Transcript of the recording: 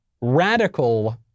radical